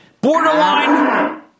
borderline